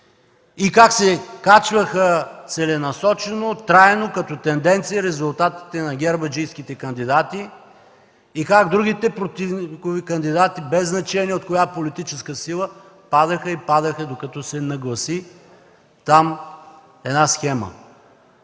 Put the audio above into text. и как се качваха целенасочено, трайно като тенденция резултатите на гербаджийските кандидати и как другите противникови кандидати, без значение от коя политическа сила са, падаха и падаха докато се нагласи там една схема.